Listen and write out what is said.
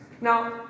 Now